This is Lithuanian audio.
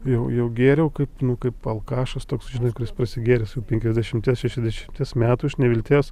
jau jau gėriau kaip nu kaip alkašas toks žinai kuris prasigėręs jau penkiasdešimties šešiasdešimties metų iš nevilties